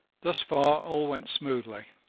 thus far all went smoothly.